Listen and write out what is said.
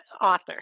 author